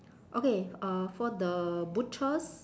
okay uh for the butchers